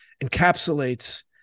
encapsulates